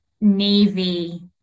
navy